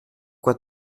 quoi